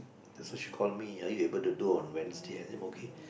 so she call me are you able to do Wednesday I say okay